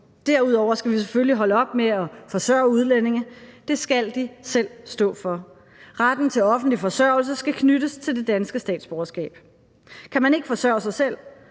Derudover skal vi selvfølgelig holde op med at forsørge udlændinge. Det skal de selv stå for. Retten til offentlig forsørgelse skal knyttes til det danske statsborgerskab. Kan man ikke forsørge sig selv,